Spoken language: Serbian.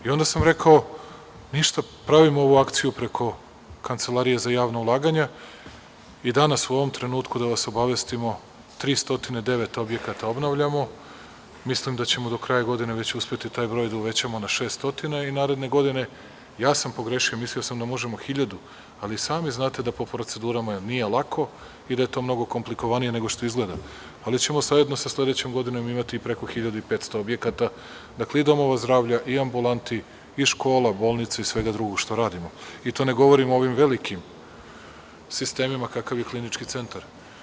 I onda sam rekao – ništa, pravimo ovu akciju preko Kancelarije za javna ulaganja i danas, u ovom trenutku da vas obavestimo, 309 objekata obnavljamo, mislim da ćemo do kraja godine već uspeti taj broj da uvećamo na šest stotina i naredne godine, ja sam pogrešio, mislio sam da možemo 1.000, ali sami znate da po procedurama nije lako i da je to mnogo komplikovanije nego što izgleda, ali ćemo zajedno sa sledećom godinom imati preko 1.500 objekata, dakle, i domova zdravlja i ambulanti, i škola, bolnica i svega drugog što radimo, i to ne govorim o ovim velikim sistemima kakav je Klinički centar.